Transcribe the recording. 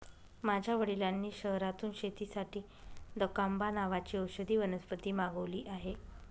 माझ्या वडिलांनी शहरातून शेतीसाठी दकांबा नावाची औषधी वनस्पती मागवली आहे